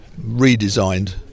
redesigned